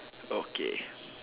okay